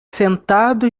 sentado